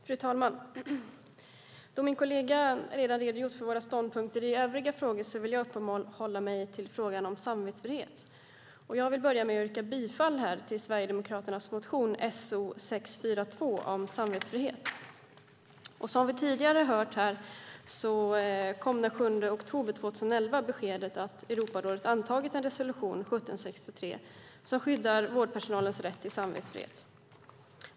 Fru talman! Då min kollega redan har redogjort för våra ståndpunkter i övriga frågor vill jag uppehålla mig vid frågan om samvetsfrihet. Jag vill börja med att yrka bifall till Sverigedemokraternas motion So642 om samvetsfrihet. Som vi tidigare har hört kom den 7 oktober 2011 beskedet att Europarådet antagit en resolution, 1763, som skyddar vårdpersonalens rätt till samvetsfrihet.